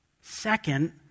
Second